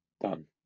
Done